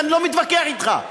ואני לא מתווכח איתך,